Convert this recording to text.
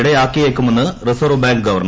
ഇടയാക്കിയേക്കാമെന്ന് reserve bank governor